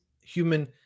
human